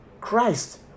Christ